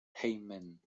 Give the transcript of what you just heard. hejmen